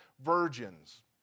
virgins